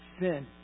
sin